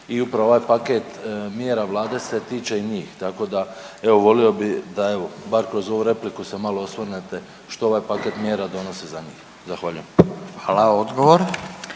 i upravo ovaj paket mjera Vlade se tiče i njih, tako da evo volio bi da evo bar kroz ovu repliku se malo osvrnete što ovaj paket mjera donosi za njih, zahvaljujem. **Radin,